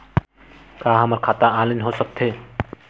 का हमर खाता ऑनलाइन हो सकथे?